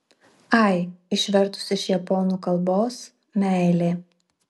ai išvertus iš japonų kalbos meilė